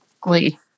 glee